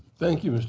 thank you, mr.